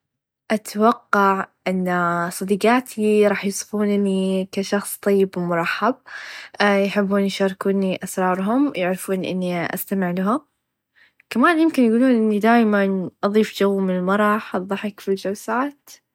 اتوقع ان صديقاتي رح يصيفونني كشخص طيب و مرحب يحبون يشاركوني اسراهم يعرفون اني استمع لهم كمان يمكن يقولون اني دايما اظيف چو من المرح و الظحك في الچلسات.